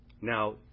Now